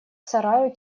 сараю